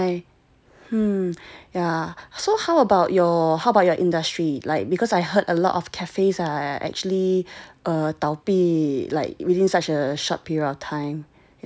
mm ya so how about your how about your industry like because I heard a lot of cafes are actually err 倒闭 like within such a short period of time you know